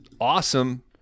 awesome